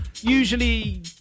Usually